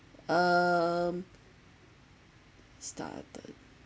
um starter